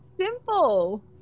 Simple